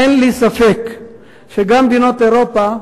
אין לי ספק שגם מדינות אירופה,